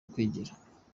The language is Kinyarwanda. kwigira